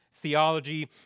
theology